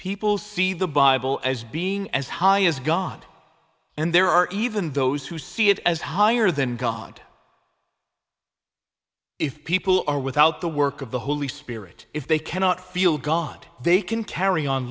people see the bible as being as high as god and there are even those who see it as higher than god if people are without the work of the holy spirit if they cannot feel god they can carry on